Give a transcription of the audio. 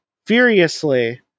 Furiously